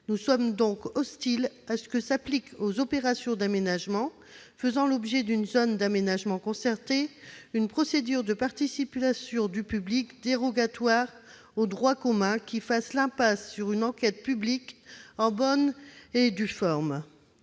Nous sommes donc hostiles à ce que s'applique aux opérations d'aménagement faisant l'objet d'une zone d'aménagement concerté une procédure de participation du public dérogatoire au droit commun, qui fasse l'impasse sur une enquête publique en bonne et due forme.